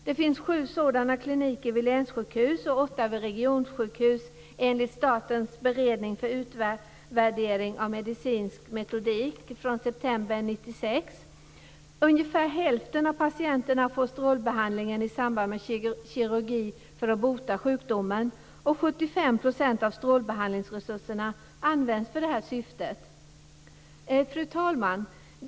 Det finns sju sådana kliniker vid länssjukhus och åtta vid regionssjukhus, enligt Statens beredning för utvärdering av medicinsk metodik från september 1996. Ungefär hälften av patienterna får språkbehandlingen i samband med kirurgi för att bota sjukdomen. 75 % av strålbehandlingsresurserna används för detta syfte. Fru talman!